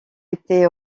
été